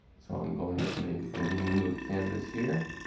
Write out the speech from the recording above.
so i'm going to make in new canvas here